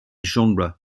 genre